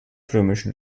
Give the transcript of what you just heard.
römischen